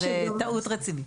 זו טעות רצינית.